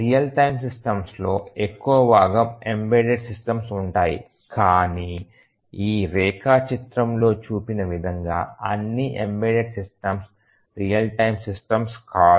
real time systems లో ఎక్కువ భాగం ఎంబెడెడ్ సిస్టమ్స్ ఉంటాయి కాని ఈ రేఖాచిత్రంలో చూపిన విధంగా అన్ని embedded systems real time systems కాదు